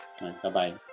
Bye-bye